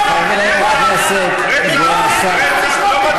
חברי הכנסת והשר.